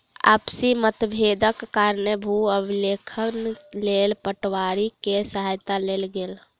आपसी मतभेदक कारणेँ भू अभिलेखक लेल पटवारी के सहायता लेल गेल